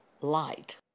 light